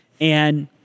And-